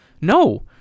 No